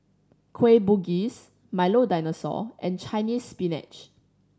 Kueh Bugis Milo Dinosaur and Chinese Spinach